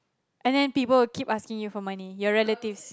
and then people will keep asking you for money your relatives